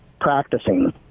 practicing